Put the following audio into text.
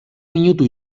minutu